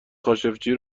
خاشقچی